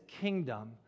kingdom